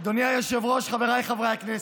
אדוני היושב-ראש, חבריי חברי הכנסת,